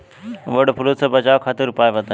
वड फ्लू से बचाव खातिर उपाय बताई?